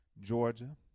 Georgia